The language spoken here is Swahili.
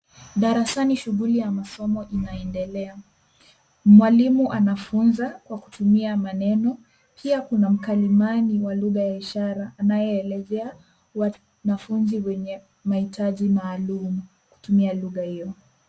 Darasani shuguli ya masomo inaendelea. Mwalimu anafunza kwa kutumia maneno, pia kuna mkalimani wa lugha ya ishara anayeelezea wanafunzi wenye mahitaji maalum kutumia lugha hiyo.